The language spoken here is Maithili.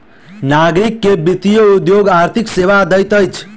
नागरिक के वित्तीय उद्योग आर्थिक सेवा दैत अछि